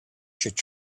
should